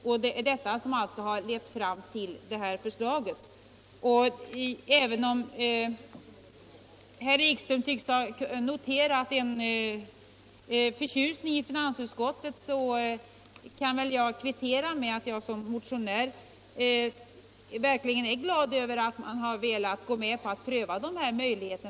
Om herr Ekström tycker sig ha noterat en förtjusning från min sida över finansutskottet så kan väl jag kvittera med att jag som motionär verkligen är glad över att man har velat gå med på att pröva dessa möjligheter.